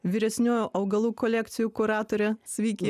vyresnioji augalų kolekcijų kuratorė sveiki